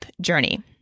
journey